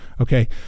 okay